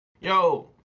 Yo